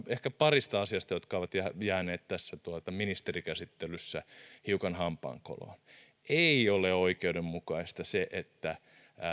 ehkä parista asiasta jotka ovat jääneet tässä ministerikäsittelyssä hiukan hampaankoloon ei ole oikeudenmukaista se että